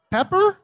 Pepper